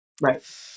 Right